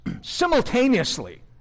simultaneously